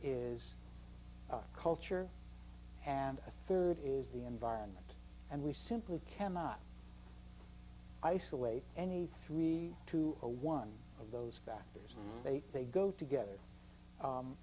is culture and the rd is the environment and we simply cannot isolate any three to a one of those factors and they they go together